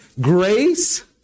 Grace